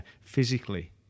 physically